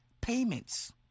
payments